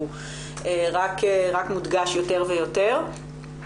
הוא רק מודגש יותר ויותר.